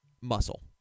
muscle